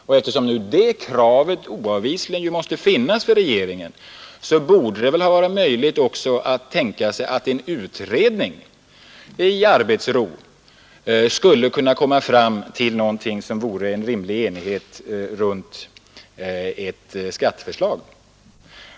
Och eftersom regeringen oavvisligen måste ha det kravet för ögonen, borde det väl ha varit möjligt också att tänka sig att en utredning i arbetsro skulle kunna komma fram till någonting som vore en rimlig enighet runt ett skatteförslag.